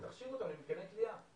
תכשירו אותם למתקני כליאה.